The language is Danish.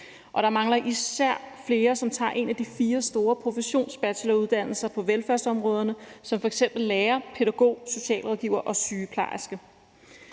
Og der mangler især flere, som tager en af de fire store professionsbacheloruddannelser på velfærdsområderne som f.eks. lærer, pædagog, socialrådgiver og sygeplejerske.